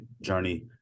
journey